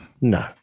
No